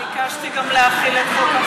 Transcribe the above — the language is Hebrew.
ביקשתי גם להחיל את חוק המבקר.